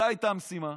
זו הייתה המשימה.